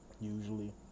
usually